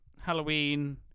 Halloween